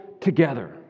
together